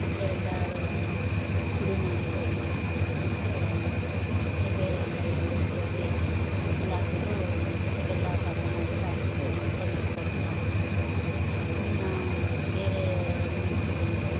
ಕಡಲೆ ಎಲ್ಲರು ಪುಡಿ ಮಾಡಿಬಿಟ್ಟು ಅದಕ್ಕೆ ಬೇರೆಲ್ಲ ಎಳ್ಳು ಕೊಬ್ಬರಿ ಎಲ್ಲ ಹಾಕ್ಬಿಟು ಬೆಲ್ಲ ಪಾಕ ಮಾಡ್ಬಿಟ್ಟು ಹಾಕ್ಬಿಟ್ಟು ತಂಬಿಟ್ಟು ಮಾಡ್ತೀವಿ ಇನ್ನು ಬೇರೆ ಏನು ಮಾಡ್ತಿವಂದ್ರೆ